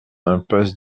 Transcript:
impasse